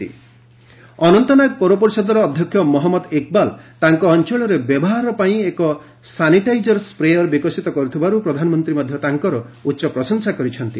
ଏହାଛଡ଼ା ଅନନ୍ତନାଗ ପୌରପରିଷଦର ଅଧ୍ୟକ୍ଷ ମହମ୍ମଦ ଇକ୍ବାଲ୍ ତାଙ୍କ ଅଞ୍ଚଳରେ ବ୍ୟବହାରର ପାଇଁ ଏକ ସାନିଟାଇଜର ସ୍ତ୍ରେୟର୍ ବିକଶିତ କରିଥିବାରୁ ପ୍ରଧାନମନ୍ତ୍ରୀ ମଧ୍ୟ ତାଙ୍କର ପ୍ରଶଂସା କରିଛନ୍ତି